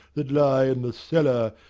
that lie in the cellar,